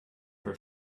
her